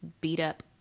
beat-up